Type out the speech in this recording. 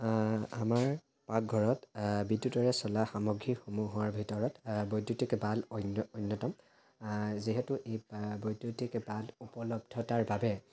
আমাৰ পাকঘৰত বিদ্যুতেৰে চলা সামগ্ৰীসমূহৰ ভিতৰত বৈদ্যুতিক বাল্ব অন্য অন্যতম যিহেতু এই বৈদ্যুতিক বাল্ব উপলব্ধতাৰ বাবে